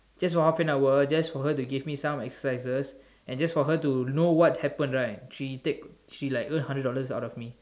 this is for half an hour just for her to give me some exercises and just for her to know what happened right she take she like got a hundred dollars out of me